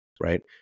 right